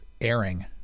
airing